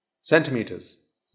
centimeters